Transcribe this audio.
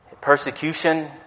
persecution